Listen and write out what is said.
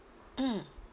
mm